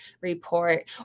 report